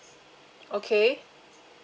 okay